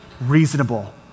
reasonable